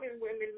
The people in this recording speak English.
women